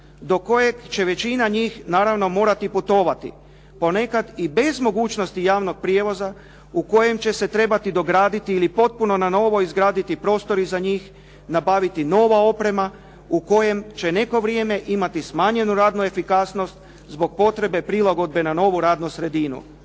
do kojeg će većina njih naravno morati putovati, ponekada i bez mogućnosti javnog prijevoza u kojem će se trebati dograditi ili potpuno na novo izgraditi prostori za njih, nabaviti nova oprema u kojem će neko vrijeme imati smanjenu radnu efikasnost zbog potrebe prilagodbe na novu radnu sredinu.